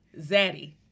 Zaddy